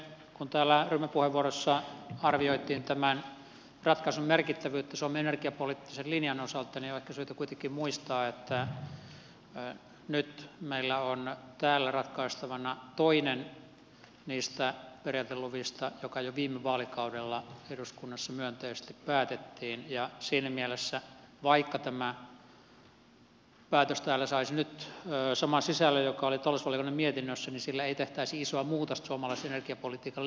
kun täällä ryhmäpuheenvuoroissa arvioitiin tämän ratkaisun merkittävyyttä suomen energiapoliittisen linjan osalta niin on ehkä syytä kuitenkin muistaa että nyt meillä on täällä ratkaistavana toinen niistä periaateluvista jotka jo viime vaalikaudella eduskunnassa myönteisesti päätettiin ja siinä mielessä vaikka tämä päätös täällä saisi nyt saman sisällön joka oli talousvaliokunnan mietinnössä sillä ei tehtäisi isoa muutosta suomalaisen energiapolitiikan linjaan